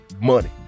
money